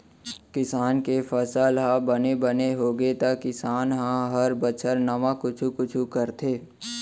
किसान के फसल ह बने बने होगे त किसान ह हर बछर नावा कुछ कुछ करथे